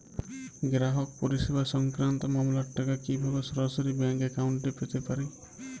গ্রাহক পরিষেবা সংক্রান্ত মামলার টাকা কীভাবে সরাসরি ব্যাংক অ্যাকাউন্টে পেতে পারি?